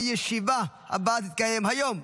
הישיבה הבאה תתקיים היום,